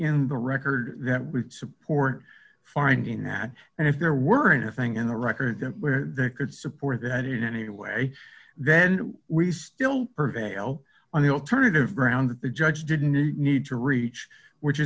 in the record that would support finding that and if there weren't a thing in the record that they could support that in any way then we still prevail on the alternative ground that the judge didn't need to reach which